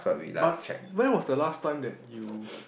but when was the last time that you